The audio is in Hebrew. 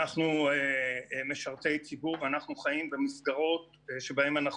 אנחנו משרתי ציבור ואנחנו חיים במסגרות שבהן אנחנו